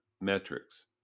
metrics